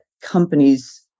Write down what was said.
companies